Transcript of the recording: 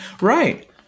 Right